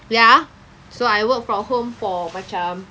ya so I work from home for macam